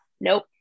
nope